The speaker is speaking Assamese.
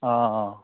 অঁ অঁ